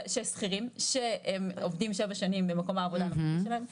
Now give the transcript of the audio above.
של שכירים שהם עובדים שבע שנים במקום העבודה הנוכחי שלהם,